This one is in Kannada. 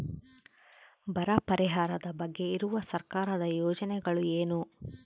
ಬರ ಪರಿಹಾರದ ಬಗ್ಗೆ ಇರುವ ಸರ್ಕಾರದ ಯೋಜನೆಗಳು ಏನು?